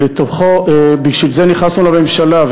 שבשביל זה נכנסנו לממשלה,